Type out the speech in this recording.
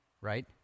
right